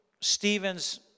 Stephen's